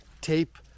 tape